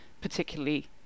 particularly